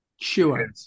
Sure